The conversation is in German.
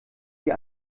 sie